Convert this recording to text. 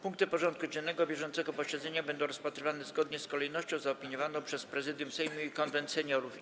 Punkty porządku dziennego bieżącego posiedzenia będą rozpatrywane zgodnie z kolejnością zaopiniowaną przez Prezydium Sejmu i Konwent Seniorów.